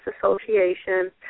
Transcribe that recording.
association